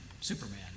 Superman